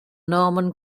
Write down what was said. norman